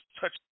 touch